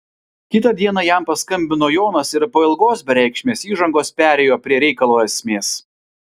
kitą dieną jam paskambino jonas ir po ilgos bereikšmės įžangos perėjo prie reikalo esmės